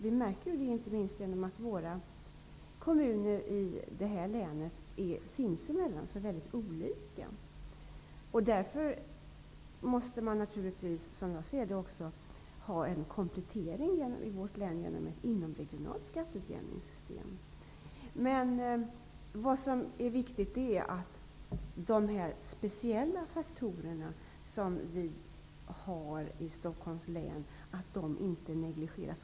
Det märker vi inte minst genom att kommunerna här i länet sinsemellan är så olika. Därför måste man, som jag ser det, i vårt län ha en komplettering genom ett inomregionalt skatteutjämningssystem. Vad som är viktigt är att de speciella faktorer som vi har i Stockholms län inte glöms bort eller negligeras.